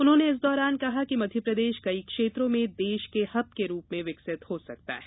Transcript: उन्होंने इस दौरान कहा कि मध्यप्रदेश कई क्षेत्रों में देश के हब के रूप में विकसित हो सकता है